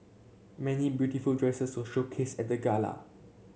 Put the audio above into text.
many beautiful dresses were showcased at the gala